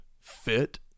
fit